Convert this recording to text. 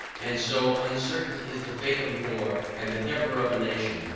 and so uncertain is the fate of war and the temper of a nation,